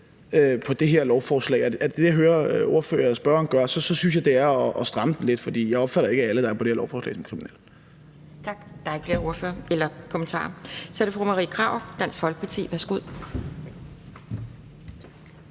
på det her lovforslag, og det er det, jeg hører spørgeren gør, synes jeg, det er at stramme den lidt. For jeg opfatter ikke alle, der er på det her lovforslag, som kriminelle. Kl. 12:38 Anden næstformand (Pia Kjærsgaard): Tak. Der er ikke flere kommentarer. Så er det fru Marie Krarup, Dansk Folkeparti. Værsgo.